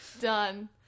Done